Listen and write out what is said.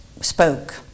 spoke